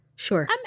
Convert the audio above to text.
Sure